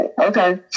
Okay